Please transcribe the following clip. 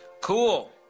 Cool